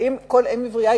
האם כל אם עברייה,